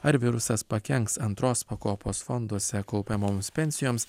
ar virusas pakenks antros pakopos fonduose kaupiamoms pensijoms